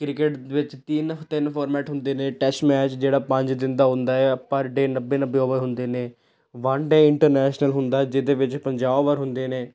cricket ਵਿੱਚ ਤਿੰਨ ਤਿੰਨ ਫੋਰਮੈਟ ਹੁੰਦੇ ਨੇ ਟੈਸਟ ਮੈਚ ਜਿਹੜਾ ਪੰਜ ਦਿਨ ਦਾ ਹੁੰਦਾ ਆ ਪਰ ਡੇ ਨੱਬੇ ਨੱਬੇ ਓਵਰ ਹੁੰਦੇ ਨੇ ਵੰਨ ਡੇ ਇੰਟਰਨੈਸ਼ਨਲ ਹੁੰਦਾ ਜਿਹਦੇ ਵਿੱਚ ਪੰਜਾਹ ਓਵਰ ਹੁੰਦੇ ਨੇ